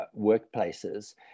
workplaces